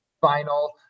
Final